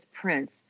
Prince